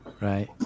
Right